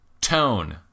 tone